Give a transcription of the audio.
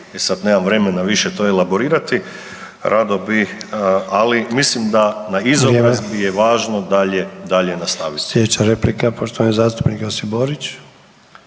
sad, nemam vremena više to elaborirati, rado bi, ali mislim da na izobrazbi je važno da .../Upadica: